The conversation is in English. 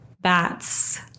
bats